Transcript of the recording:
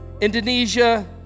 Indonesia